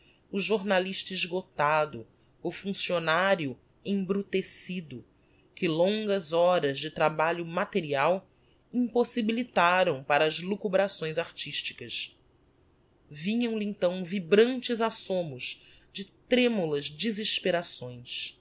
o jornalista exgottado o funccionario embrutecido que longas horas de trabalho material impossibilitaram para as lucubrações artisticas vinham-lhe então vibrantes assomos de tremulas